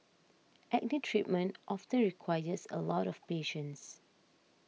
acne treatment often requires a lot of patience